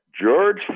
George